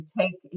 take